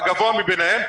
הגבוה מביניהם.